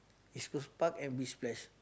East Coast Park and which place